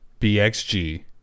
BXG